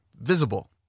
visible